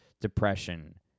depression